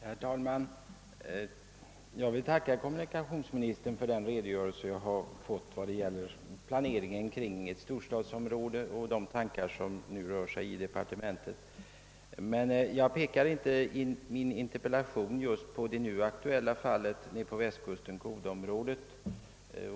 Herr talman! Jag vill tacka kommunikationsministern för den redogörelse han lämnat om planeringen kring ett storstadsområde och de tankar som nu är aktuella i departementet. Men i min interpellation pekar jag på det just nu aktuella fallet nere på västkusten, kodeområdet.